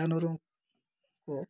जानवरों को